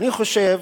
אני חושב